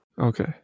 Okay